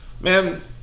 man